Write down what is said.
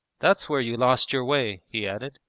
that's where you lost your way he added,